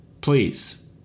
Please